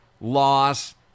loss